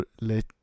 Let